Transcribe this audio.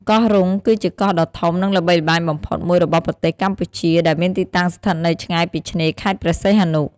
កោះរ៉ុង គឺជាកោះដ៏ធំ និងល្បីល្បាញបំផុតមួយរបស់ប្រទេសកម្ពុជា ដែលមានទីតាំងស្ថិតនៅឆ្ងាយពីឆ្នេរខេត្តព្រះសីហនុ។